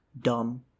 dumb